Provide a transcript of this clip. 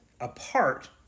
apart